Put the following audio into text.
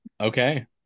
Okay